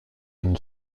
une